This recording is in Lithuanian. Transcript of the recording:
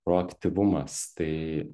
proaktyvumas tai